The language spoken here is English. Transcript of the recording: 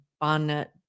bonnet